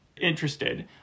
interested